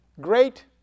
great